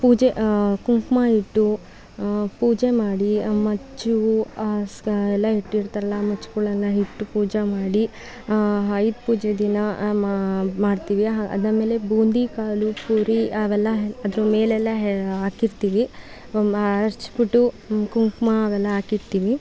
ಪೂಜೆ ಕುಂಕುಮ ಇಟ್ಟು ಪೂಜೆ ಮಾಡಿ ಆ ಮಚ್ಚು ಎಲ್ಲ ಇಟ್ಟಿರ್ತಾರಲ್ಲ ಮಚ್ಚುಗಳನ್ನು ಇಟ್ಟು ಪೂಜೆ ಮಾಡಿ ಆಯುಧ ಪೂಜೆ ದಿನ ಮಾಡ್ತೀವಿ ಆದ ಮೇಲೆ ಬೂಂದಿಕಾಳು ಪೂರಿ ಅವೆಲ್ಲ ಅದರ ಮೇಲೆಲ್ಲ ಹಾಕಿರ್ತೀವಿ ಮ ಹಚ್ಚಿಬಿಟ್ಟು ಕುಂಕುಮ ಅವೆಲ್ಲ ಹಾಕಿರ್ತೀವಿ